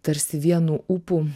tarsi vienu ūpu